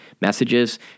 messages